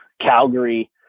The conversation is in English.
Calgary